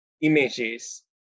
images